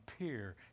appear